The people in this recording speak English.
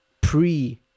pre